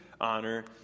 honor